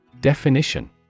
definition